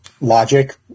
logic